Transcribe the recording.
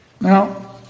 Now